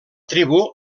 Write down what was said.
tribu